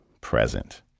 present